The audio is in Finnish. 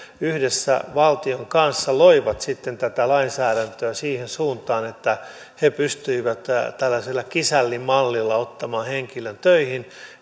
yhdessä valtion kanssa loivat sitten tätä lainsäädäntöä siihen suuntaan että he pystyivät tällaisella kisällimallilla ottamaan henkilön töihin